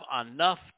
enough